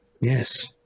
Yes